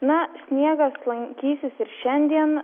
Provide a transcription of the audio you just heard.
na sniegas lankysis ir šiandien